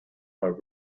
are